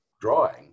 drawing